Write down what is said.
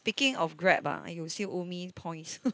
speaking of Grab ah you will still owe me points